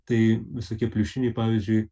tai visokie pliušiniai pavyzdžiui